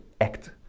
act